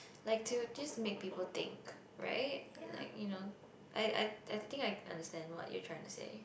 like to just make people think right like you know I I I think I understand what you are trying to say